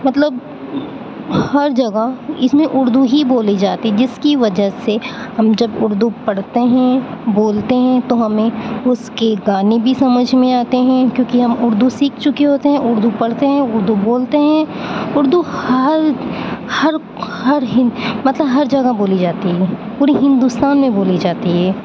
مطلب ہر جگہ اس میں اردو ہی بولی جاتی ہے جس کی وجہ سے ہم جب اردو پڑھتے ہیں بولتے ہیں تو ہمیں اس کے گانے بھی سمجھ میں آتے ہیں کیونکہ ہم اردو سیکھ چکے ہوتے ہیں اردو پڑھتے ہیں اردو بولتے ہیں اردو ہر ہر ہر مطلب ہر جگہ بولی جاتی ہے پوری ہندوستان میں بولی جاتی ہے